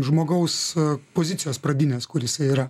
žmogaus pozicijos pradinės kur jisai yra